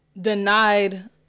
denied